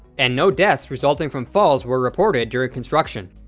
and no deaths resulting from falls were reported during construction.